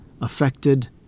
affected